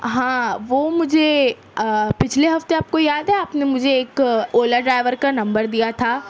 ہاں وہ مجھے پچھلے ہفتے آپ کو یاد ہے آپ نے مجھے ایک اولا ڈرائیور کا نمبر دیا تھا